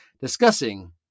discussing